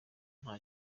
nta